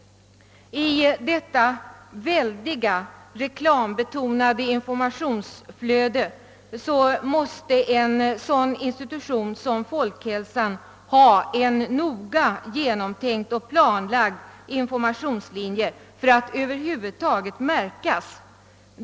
I detta väldiga reklambetonade informationsflöde måste en sådan institution som folkhälsoinstitutet ha en noggrant genomtänkt och planlagd informationslinje för att över huvud taget märkas.